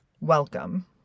welcome